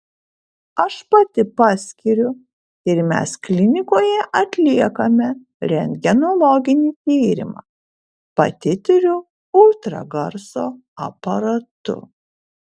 aš pati paskiriu ir mes klinikoje atliekame rentgenologinį tyrimą pati tiriu ultragarso aparatu